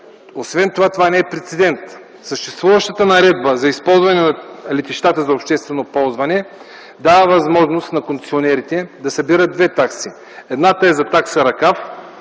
дейност. Това не е прецедент. Съществуващата Наредба за използване на летищата за обществено ползване дава възможност на концесионерите да събират две такси. Едната е таксата